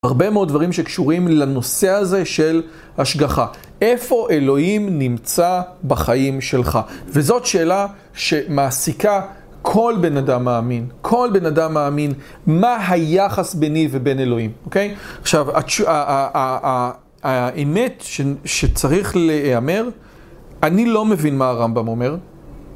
הרבה מאוד דברים שקשורים לנושא הזה של השגחה. איפה אלוהים נמצא בחיים שלך? וזאת שאלה שמעסיקה כל בן אדם מאמין. כל בן אדם מאמין מה היחס ביני ובין אלוהים, אוקיי? עכשיו, האמת שצריך להיאמר, אני לא מבין מה הרמב״ם אומר.